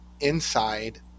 inside